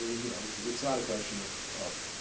you know, it's not a question of of